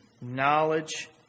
knowledge